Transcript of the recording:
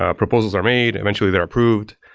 ah proposals are made. eventually they're approved.